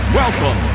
welcome